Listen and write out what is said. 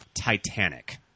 Titanic